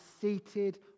seated